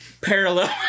parallel